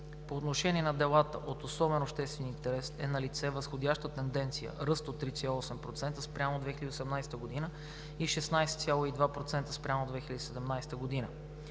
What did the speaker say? По отношение на делата от особен обществен интерес е налице възходяща тенденция – ръст от 3,8% спрямо 2018 г. и 16,2% спрямо 2017 г.,